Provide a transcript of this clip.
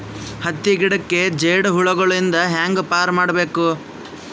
ಹತ್ತಿ ಗಿಡಕ್ಕೆ ಜೇಡ ಹುಳಗಳು ಇಂದ ಹ್ಯಾಂಗ್ ಪಾರ್ ಮಾಡಬೇಕು?